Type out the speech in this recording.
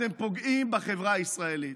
אתם פוגעים בחברה הישראלית.